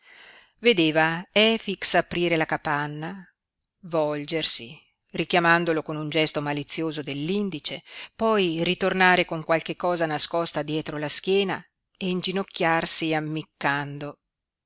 seta vedeva efix aprire la capanna volgersi richiamandolo con un gesto malizioso dell'indice poi ritornare con qualche cosa nascosta dietro la schiena e inginocchiarsi ammiccando